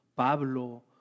Pablo